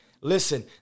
listen